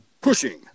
Pushing